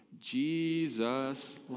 Jesus